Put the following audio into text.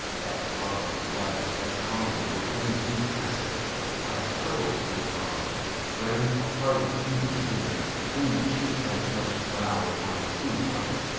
that drop of blood that's calm proclaims me bastard cries cuckold to my father brands the harlot even here, between the chaste unsmirched brow of my true mother.